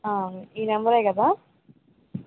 ఈ నెంబరే కదా